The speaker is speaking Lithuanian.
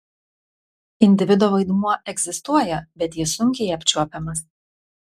individo vaidmuo egzistuoja bet jis sunkiai apčiuopiamas